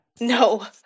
No